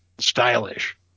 stylish